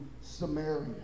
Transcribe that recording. Samaria